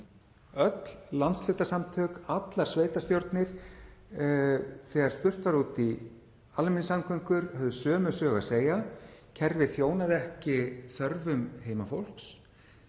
Öll landshlutasamtök, allar sveitarstjórnir, þegar spurt var út í almenningssamgöngur, höfðu sömu sögu að segja. Kerfið þjónar ekki þörfum heimafólks